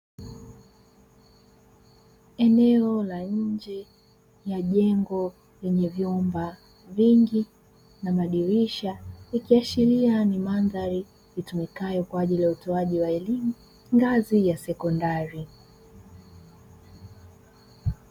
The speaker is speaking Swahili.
Eneo la nje ya jengo lenye vyumba vingi na madirisha, ikiashiria ni mandhari itumikayo kwa ajili ya utoaji wa elimu ngazi ya sekondari.